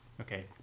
okay